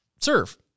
Serve